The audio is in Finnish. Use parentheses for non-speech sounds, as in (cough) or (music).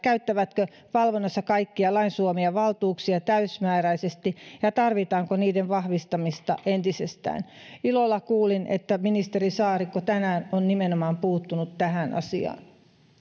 (unintelligible) käyttävätkö ne valvonnassa kaikkia lain suomia valtuuksia täysimääräisesti ja ja tarvitaanko niiden vahvistamista entisestään ilolla kuulin että ministeri saarikko tänään on puuttunut nimenomaan tähän asiaan